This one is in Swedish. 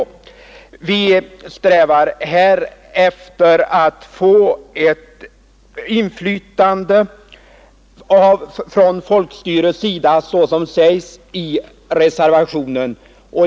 Vi strävar här efter att få ett inflytande från folkstyrets sida såsom säges i reservationen.